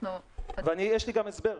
יש לי גם הסבר.